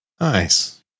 Nice